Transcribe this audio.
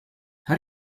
how